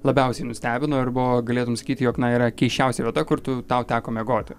labiausiai nustebino arba galėtum sakyti jog na yra keisčiausia vieta kur tu tau teko miegoti